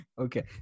Okay